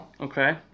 Okay